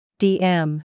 DM